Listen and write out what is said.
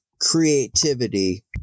creativity